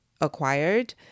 acquired